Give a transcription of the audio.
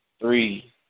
three